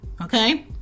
Okay